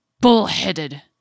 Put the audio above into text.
bullheaded